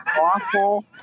awful